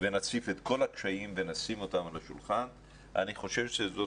ונציף את כל הקשיים ונשים אותם על השולחן אני חושב שזאת